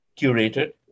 curated